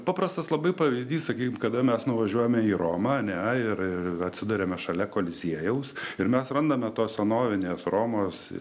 paprastas labai pavyzdys sakykim kada mes nuvažiuojame į romą ar ne ir atsiduriame šalia koliziejaus ir mes randame tos senovinės romos